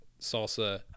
salsa